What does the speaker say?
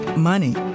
money